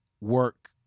work